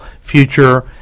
future